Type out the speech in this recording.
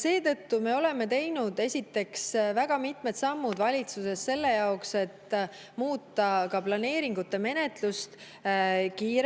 Seetõttu me oleme teinud, esiteks, väga mitmed sammud valitsuses selle jaoks, et muuta planeeringute menetlust kiiremaks,